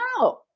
No